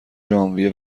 ژانویه